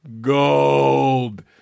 gold